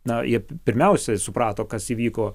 na jie pirmiausia suprato kas įvyko